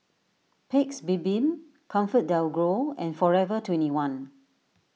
Paik's Bibim ComfortDelGro and forever twenty one